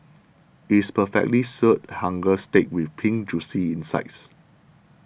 it is perfectly Seared Hanger Steak with Pink Juicy insides